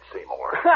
Seymour